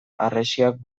harresiak